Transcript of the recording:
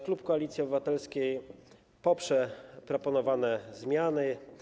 Klub Koalicji Obywatelskiej poprze proponowane zmiany.